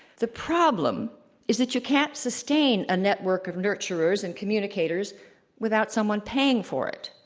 the problem is that you can't sustain a network of nurturers and communicators without someone paying for it.